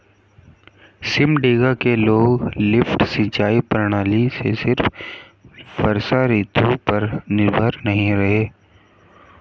सिमडेगा के लोग लिफ्ट सिंचाई प्रणाली से सिर्फ वर्षा ऋतु पर निर्भर नहीं रहे